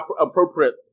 appropriate